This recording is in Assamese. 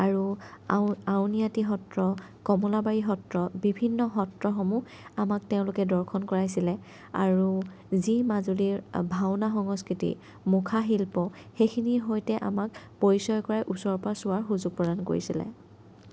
আৰু আউনীআটী সত্ৰ কমলাবাৰী সত্ৰ বিভিন্ন সত্ৰসমূহ আমাক তেওঁলোকে দৰ্শন কৰাইছিলে আৰু যি মাজুলীৰ ভাওনা সংস্কৃতি মুখা শিল্প সেইখিনিৰ সৈতে আমাক পৰিচয় কৰোৱাই ওচৰৰ পৰা চোৱাৰ সুযোগ প্ৰদান কৰিছিলে